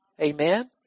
Amen